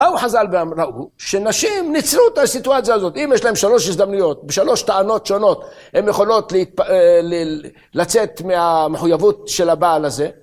באו חז"ל וראו, שנשים ניצלו את הסיטואציה הזאת, אם יש להן שלוש הזדמנויות, בשלוש טענות שונות, הן יכולות לצאת מהמחויבות של הבעל הזה.